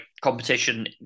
competition